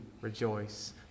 rejoice